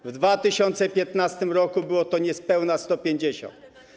W 2015 r. było to niespełna 150.